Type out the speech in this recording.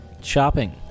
shopping